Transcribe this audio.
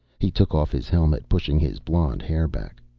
he took off his helmet, pushing his blond hair back.